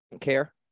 care